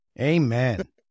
Amen